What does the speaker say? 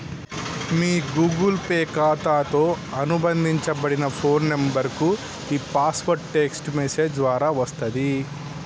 మీ Google Pay ఖాతాతో అనుబంధించబడిన phone నంబర్కు ఈ పాస్వర్డ్ టెక్ట్స్ మెసేజ్ ద్వారా వస్తది